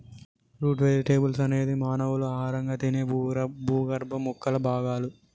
route vegetables అనేది మానవులు ఆహారంగా తినే భూగర్భ మొక్కల భాగాలు